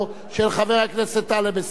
הדבר לא יימשך זמן רב,